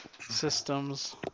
systems